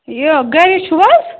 یہِ گرے چھُو حظ